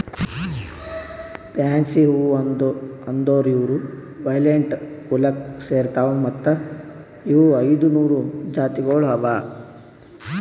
fancy ಹೂವು ಅಂದುರ್ ಇವು ವೈಲೆಟ್ ಕುಲಕ್ ಸೇರ್ತಾವ್ ಮತ್ತ ಇವು ಐದ ನೂರು ಜಾತಿಗೊಳ್ ಅವಾ